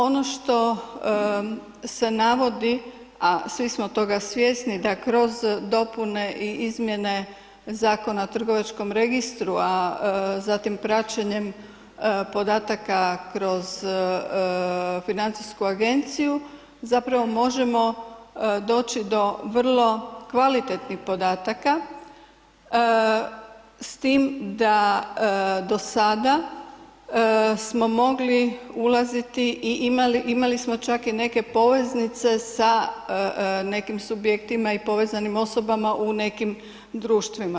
Ono što se navodi, a svi smo toga svjesni da kroz dopune i izmjene Zakona o trgovačkom registru, a zatim praćenjem podataka kroz financijsku agenciju zapravo možemo doći do vrlo kvalitetnih podataka, s tim da do sada smo mogli ulaziti i imali smo čak i neke poveznice sa nekim subjektima i povezanim osobama u nekim društvima.